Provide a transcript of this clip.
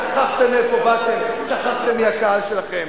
שכחתם מאיפה באתם, שכחתם מי הקהל שלכם.